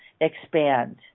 expand